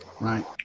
right